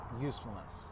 usefulness